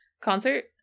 concert